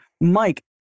Mike